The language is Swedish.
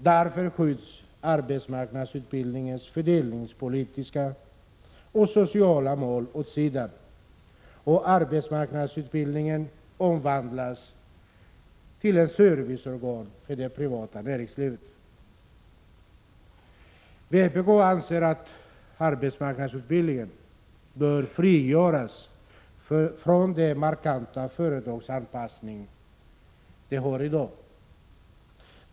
Därför skjuts arbetsmarknadsutbildningens fördelningspolitiska och sociala mål åt sidan, och arbetsmarknadsutbildningen omvandlas till ett serviceorgan för det privata näringslivet. Vpk anser att arbetsmarknadsutbildningen bör frigöras från den markanta företagsanpassning den har i dag.